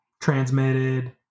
transmitted